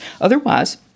Otherwise